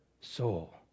soul